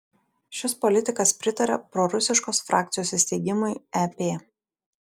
šis politikas pritaria prorusiškos frakcijos įsteigimui ep